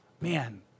Man